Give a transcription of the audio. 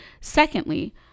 Secondly